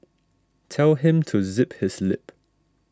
tell him to zip his lip